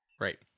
Right